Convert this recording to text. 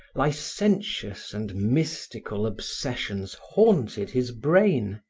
licentious and mystical obsessions haunted his brain,